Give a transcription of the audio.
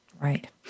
Right